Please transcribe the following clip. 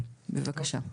בבקשה,